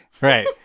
right